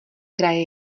kraje